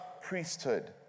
priesthood